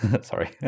sorry